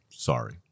Sorry